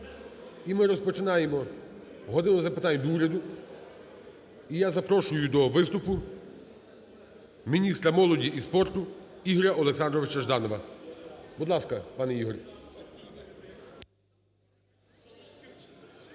І ми розпочинаємо "годину запитань до Уряду". І я запрошую до виступу міністра молоді і спорту Ігоря Олександровича Жданова. Будь ласка, пане Ігор.